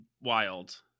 wild